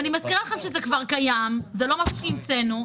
אני מזכירה לכם שזה כבר קיים וזה לא משהו שהמצאנו.